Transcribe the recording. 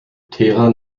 teheran